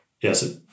yes